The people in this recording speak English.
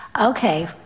Okay